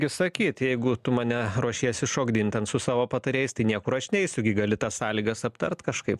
gi sakyt jeigu tu mane ruošiesi šokdint ten su savo patarėjais tai niekur aš neisiu gi gali tas sąlygas aptart kažkaip